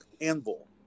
Anvil